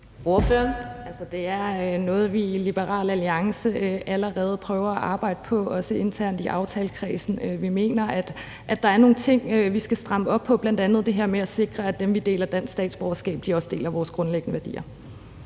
Det er noget, vi i Liberal Alliance allerede prøver at arbejde på, også internt i aftalekredsen. Vi mener, at der er nogle ting, vi skal stramme op på, bl.a. det her med at sikre, at dem, vi tildeler dansk statsborgerskab, også deler vores grundlæggende værdier.